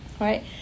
Right